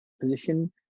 position